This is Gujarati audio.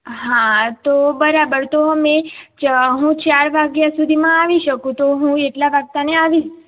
હા તો બરાબર તો મેં ચ હું ચાર વાગ્યા સુધીમાં આવી શકું તો હું એટલા વાગતા ને આવીશ